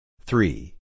Three